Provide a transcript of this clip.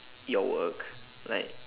your work like